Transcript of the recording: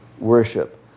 worship